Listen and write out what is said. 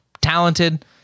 talented